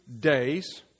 days